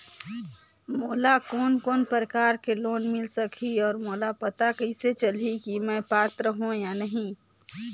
मोला कोन कोन प्रकार के लोन मिल सकही और मोला पता कइसे चलही की मैं पात्र हों या नहीं?